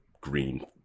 green